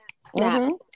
Snaps